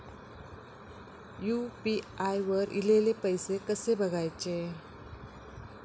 UPI वर ईलेले पैसे कसे बघायचे?